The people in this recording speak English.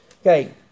Okay